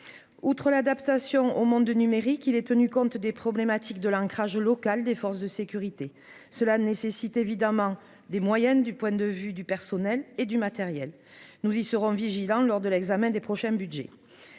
outre l'adaptation au monde numérique, il est tenu compte des problématiques de l'ancrage local des forces de sécurité, cela nécessite évidemment des moyennes du point de vue du personnel et du matériel, nous y serons vigilants lors de l'examen des prochains Budgets